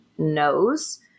knows